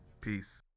peace